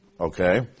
Okay